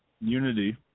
unity